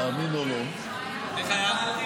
תאמין או לא --- איך היה?